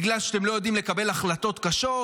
בגלל שאתם לא יודעים לקבל החלטות קשות,